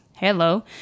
hello